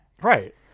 Right